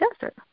desert